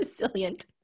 resilient